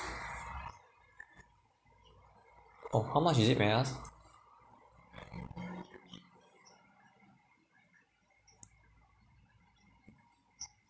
oh how much is it may I ask